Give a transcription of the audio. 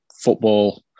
football